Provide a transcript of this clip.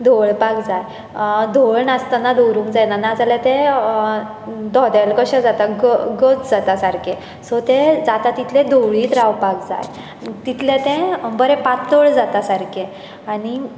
धवळपाक जाय धवळ नासतना दवरूंक जायना नाजाल्यार तें धोदेल कशें जाता ग गच जाता सारकें सो तें जाता तितलें धवळीत रावपाक जाय तितलें तें बरें पातळ जाता सारकें आनी